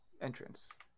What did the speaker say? entrance